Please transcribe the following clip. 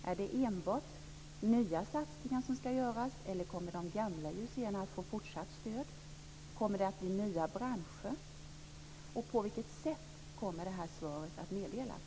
Är det enbart nya satsningar som skall göras, eller kommer de gamla IUC:na att få fortsatt stöd? Kommer nya branscher i fråga? På vilket sätt kommer svaret att meddelas?